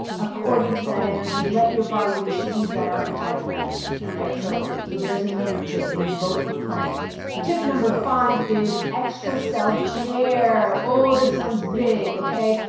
according to that energy, let your body receive that archetypal energy. all right. so, so there's another tip. invoke the planets tip number five is extra self-care or this one's big. okay.